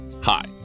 Hi